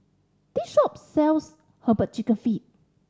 this shop sells Herbal Chicken Feet